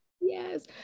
yes